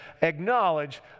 acknowledge